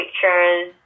pictures